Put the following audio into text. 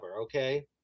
Okay